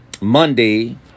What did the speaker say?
monday